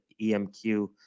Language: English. EMQ